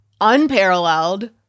unparalleled